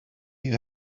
you